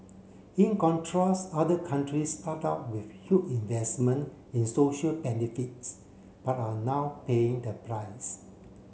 in contrast other countries start out with huge investment in social benefits but are now paying the price